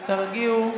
תרגיעו.